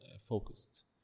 focused